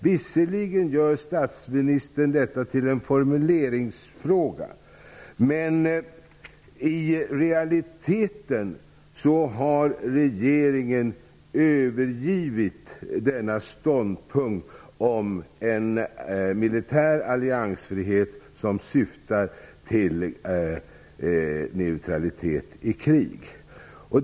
Visserligen gör statsministern detta till en formuleringsfråga, men i realiteten har regeringen övergivit denna ståndpunkt om en militär alliansfrihet som syftar till neutralitet i krig.